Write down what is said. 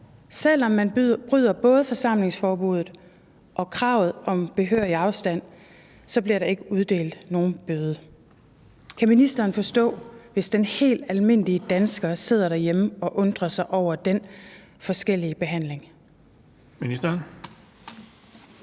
selv om man både bryder forsamlingsforbuddet og kravet om behørig afstand, bliver der ikke er uddelt nogen bøde. Kan ministeren forstå, hvis den helt almindelige dansker sidder derhjemme og undrer sig over den forskellige behandling?